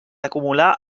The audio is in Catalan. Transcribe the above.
acumular